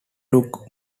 took